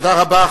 תודה רבה.